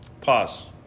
Pause